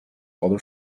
other